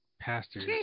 pastors